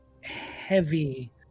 heavy